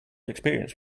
experience